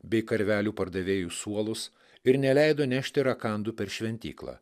bei karvelių pardavėjų suolus ir neleido nešti rakandų per šventyklą